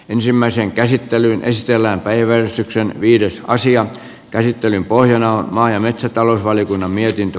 ensimmäisen käsittelyn estellä päivystyksen viidessä asian käsittelyn pohjana on maa ja metsätalousvaliokunnan mietintö